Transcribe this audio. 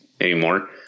anymore